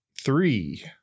three